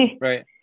right